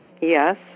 Yes